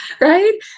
Right